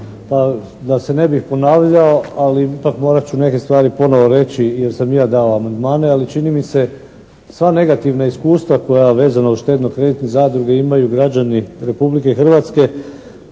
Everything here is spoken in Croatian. da se ne bih ponavljao ali ipak morat ću neke stvari ponovo reći jer sam i ja dao amandmane ali čini mi se sva negativna iskustva koja vezano uz štedno-kreditne zadruge imaju građani Republike Hrvatske